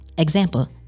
Example